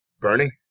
Bernie